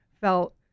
felt